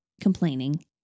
complaining